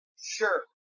Sure